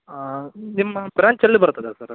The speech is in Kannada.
ನಿಮ್ಮ ಬ್ರ್ಯಾಂಚ್ ಎಲ್ಲಿ ಬರುತ್ತದೆ ಸರ್